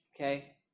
okay